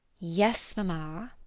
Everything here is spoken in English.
yes, mamma.